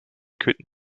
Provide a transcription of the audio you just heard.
could